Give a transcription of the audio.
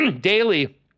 daily